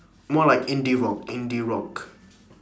more like indie rock indie rock